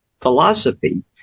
philosophy